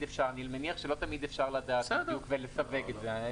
אני מניח שלא תמיד אפשר לדעת בדיוק ולסווג את זה.